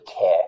care